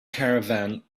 caravan